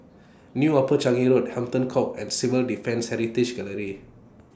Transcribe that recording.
New Upper Changi Road Hampton Court and Civil Defence Heritage Gallery